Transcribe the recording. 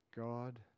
God